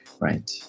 right